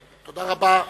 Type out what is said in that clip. תודה רבה.